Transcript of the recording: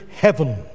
heaven